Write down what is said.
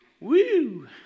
Woo